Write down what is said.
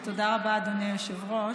תודה רבה, אדוני היושב-ראש.